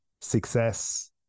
success